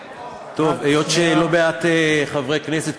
היות שלא מעט חברי כנסת,